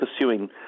pursuing